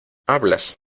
hablas